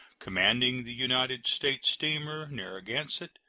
commanding the united states steamer narragansett,